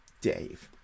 Dave